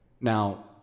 Now